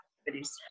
activities